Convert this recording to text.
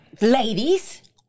ladies